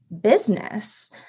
business